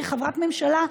כחברת ממשלה,